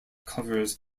covers